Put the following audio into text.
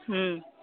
ꯎꯝ